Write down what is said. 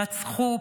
רצחו,